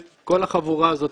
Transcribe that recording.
כל החבורה הזאת,